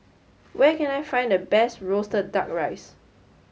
where can I find the best roasted duck rice